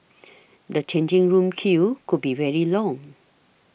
the changing room queues could be very long